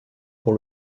pour